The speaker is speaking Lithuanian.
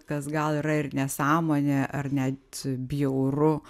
kas gal yra ir nesąmonė ar net bjauru